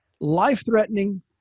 life-threatening